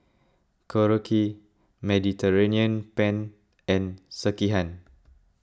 Korokke Mediterranean Penne and Sekihan